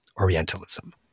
orientalism